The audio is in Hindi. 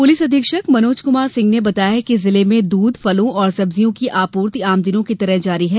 पुलिस अधीक्षक मनोज कुमार सिंह ने बताया है कि जिले में दूध फलों और सब्जियों की आपूर्ति आमदिनों की तरह जारी है